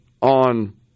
on